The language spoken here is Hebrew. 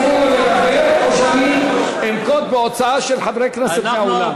או שתפסיקו לדבר או שאני אנקוט הוצאה של חברי כנסת מהאולם.